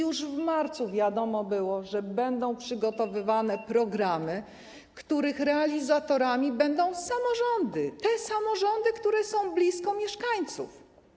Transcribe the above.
Już w marcu wiadomo było, że będą przygotowywane programy, których realizatorami będą samorządy, te samorządy, które są blisko mieszkańców.